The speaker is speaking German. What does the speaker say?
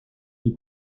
die